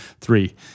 three